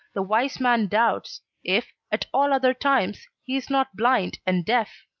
the wise man doubts, if, at all other times, he is not blind and deaf